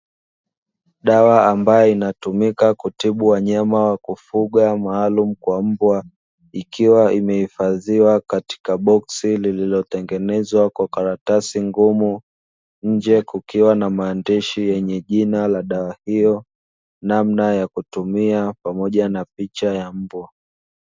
Dawa ambayo inatumika kutibu wanyama wa kufuga maalumu kwa mbwa, ikiwa imehifadhiwa katika boksi lililotengenezwa kwa karatasi ngumu, nje kukiwa na maandishi yenye jina la dawa hiyo, namna ya kutumia pamoja na picha ya mbwa.